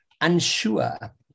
unsure